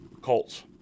Colts